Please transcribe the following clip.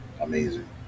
amazing